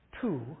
two